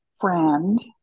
friend